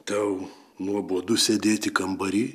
tau nuobodu sėdėti kambary